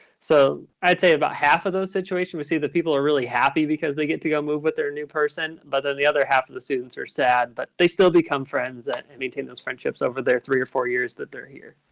so i'd say about half of those situations, we see that people are really happy because they get to go move with their new person. but then the other half of the students are sad. but they still become friends and maintain those friendships over their three or four years that they're here?